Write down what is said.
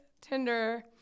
Tinder